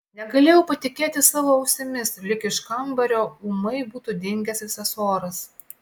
negalėjau patikėti savo ausimis lyg iš kambario ūmai būtų dingęs visas oras